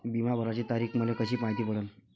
बिमा भराची तारीख मले कशी मायती पडन?